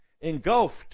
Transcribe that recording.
engulfed